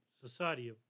society